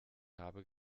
habe